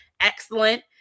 excellent